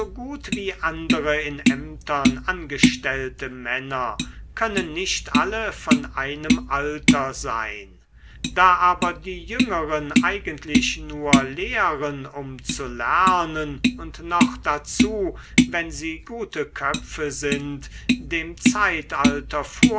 gut wie andere in ämtern angestellte männer können nicht alle von einem alter sein da aber die jüngeren eigentlich nur lehren um zu lernen und noch dazu wenn sie gute köpfe sind dem zeitalter